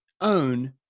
own